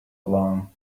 long